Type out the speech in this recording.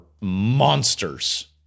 monsters